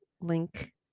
link